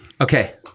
Okay